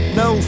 no